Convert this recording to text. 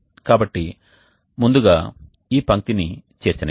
కాబట్టి ముందుగా ఈ పంక్తిని చేర్చనివ్వండి